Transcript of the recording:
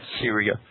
Syria